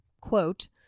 quote